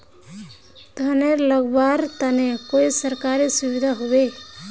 धानेर लगवार तने कोई सरकारी सुविधा होबे?